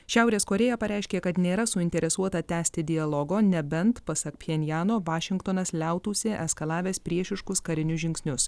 šiaurės korėja pareiškė kad nėra suinteresuota tęsti dialogo neben pasak pchenjano vašingtonas liautųsi eskalavęs priešiškus karinius žingsnius